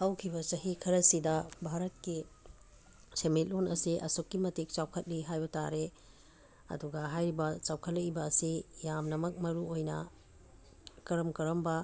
ꯍꯧꯈꯤꯕ ꯆꯍꯤ ꯈꯔ ꯑꯁꯤꯗ ꯚꯥꯔꯠꯀꯤ ꯁꯦꯟꯃꯤꯠꯂꯣꯜ ꯑꯁꯤ ꯑꯁꯨꯛꯀꯤ ꯃꯇꯤꯛ ꯆꯥꯎꯈꯠꯂꯤ ꯍꯥꯏꯕ ꯇꯥꯔꯦ ꯑꯗꯨꯒ ꯍꯥꯏꯔꯤꯕ ꯆꯥꯎꯈꯠꯂꯛꯏꯕ ꯑꯁꯤ ꯌꯥꯝꯅꯃꯛ ꯃꯔꯨꯑꯣꯏꯅ ꯀꯔꯝ ꯀꯔꯝꯕ